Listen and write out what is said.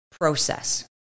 process